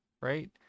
right